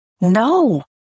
No